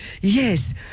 Yes